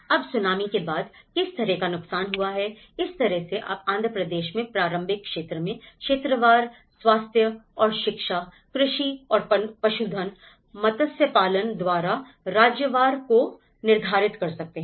अब सुनामी के बाद किस तरह का नुकसान हुआ है इस तरह से आप आंध्र प्रदेश में प्रारंभिक क्षेत्र में क्षेत्रवार स्वास्थ्य और शिक्षा कृषि और पशुधन मत्स्य पालन द्वारा राज्यवार वार को निर्धारित कर सकते हैं